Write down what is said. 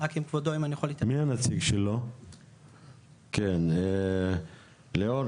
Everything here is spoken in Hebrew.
מי הנציג שלו, כן, ליאור